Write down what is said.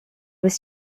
was